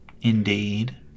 Indeed